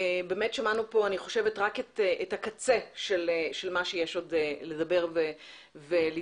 באמת שמענו פה רק את הקצה של מה שיש עוד לדבר ולטפל